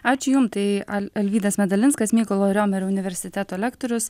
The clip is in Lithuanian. ačiū jums tai al alvydas medalinskas mykolo riomerio universiteto lektorius